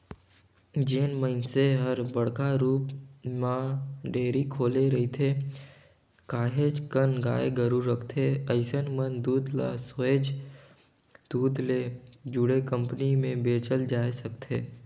जेन मइनसे हर बड़का रुप म डेयरी खोले रिथे, काहेच कन गाय गोरु रखथे अइसन मन दूद ल सोयझ दूद ले जुड़े कंपनी में बेचल जाय सकथे